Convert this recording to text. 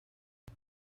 los